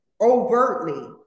overtly